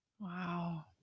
wow